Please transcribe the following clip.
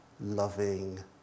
loving